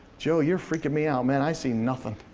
joe you're freaking me out, man. i see nothing.